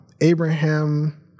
Abraham